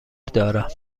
دارم